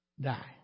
Die